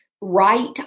right